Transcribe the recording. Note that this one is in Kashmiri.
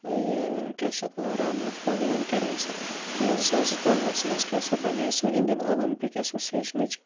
یہِ کیٛاہ چھِ اَتھ ناو رام ناتھ کُوِنٛدَن کَرے سۄ تہٕ زٕ ساس زٕتووُہَس منٛز کیٛاہ سا بنے سۄ اِنٛڈِیَن اولَمپِک اٮ۪سوسیشنٕچ